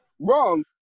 wrong